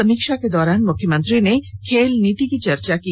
समीक्षा के दौरान मुख्यमंत्री ने खेल नीति की चर्चा की